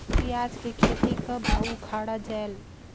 पियाज के खेती कब अउ उखाड़ा जायेल?